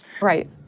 Right